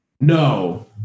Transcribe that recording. No